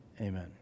amen